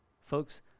folks